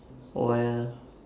while